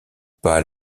pas